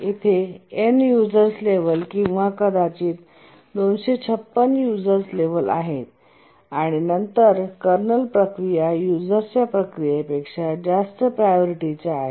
तेथे Nयुजर्स लेव्हल किंवा कदाचित 256युजर्स लेव्हल आहेत आणि नंतर कर्नल प्रक्रिया युजर्सच्या प्रक्रियेपेक्षा जास्त प्रायोरिटीच्या आहेत